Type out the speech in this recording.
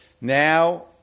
Now